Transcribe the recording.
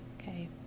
Okay